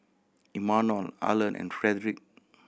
Imanol Arlen and Frederick